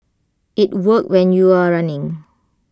IT worked when you are running